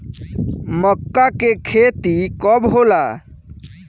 मक्का के खेती कब होला?